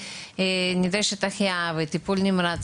כשנדרשת החייאה וטיפול נמרץ